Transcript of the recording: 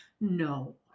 no